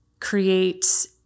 create